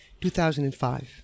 2005